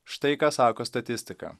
štai ką sako statistika